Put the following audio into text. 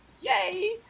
Yay